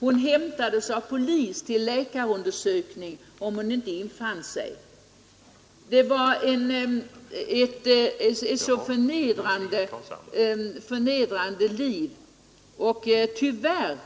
Hon hämtades av polis till läkarundersökning om hon inte själv infann sig. De människor som drogs in i prostitutionen levde tyvärr,